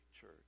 church